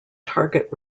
target